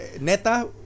neta